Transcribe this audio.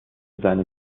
seine